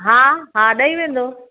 हा हा ॾेई वेंदो